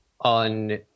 on